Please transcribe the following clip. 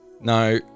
no